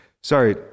Sorry